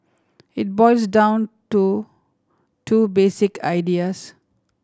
it boils down to two basic ideas